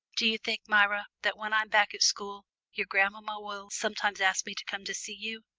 do you think, myra, that when i'm back at school your grandmamma will sometimes ask me to come to see you?